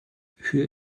für